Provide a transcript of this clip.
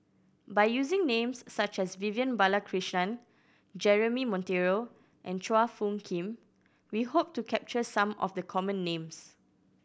by using names such as Vivian Balakrishnan Jeremy Monteiro and Chua Phung Kim we hope to capture some of the common names